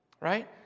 Right